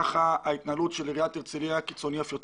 כך ההתנהלות של עיריית הרצליה קיצונית אף יותר.